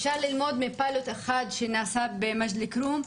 אפשר ללמוד מפיילוט אחד שנעשה במג'ד אל-כרום,